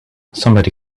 somebody